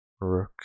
rook